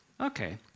Okay